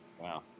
Wow